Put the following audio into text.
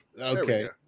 Okay